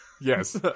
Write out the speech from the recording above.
Yes